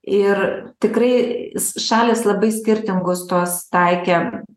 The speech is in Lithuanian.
ir tikrai šalys labai skirtingus tuos taikė